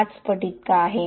5 पट 10 इतका आहे